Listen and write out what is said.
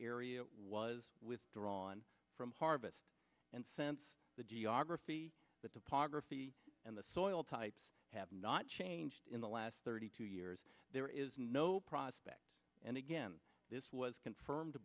area was withdrawn from harvest and sense the geography but the pa graffiti and the soil types have not changed in the last thirty two years there is no prospect and again this was confirmed